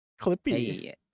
Clippy